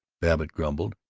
babbitt grumbled.